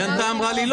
היא ענתה, היא אמרה לא.